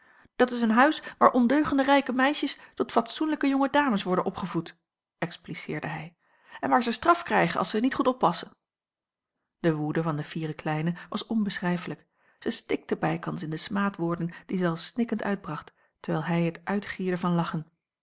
dat is een huis waar ondeugende rijke meisjes tot fatsoenlijke jonge dames worden opgevoed expliceerde hij en waar ze straf krijgen als ze niet goed oppassen de woede van de fiere kleine was onbeschrijfelijk zij stikte bijkans in de smaadwoorden die zij al snikkend uitbracht terwijl hij het uitgierde van lachen